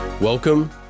Welcome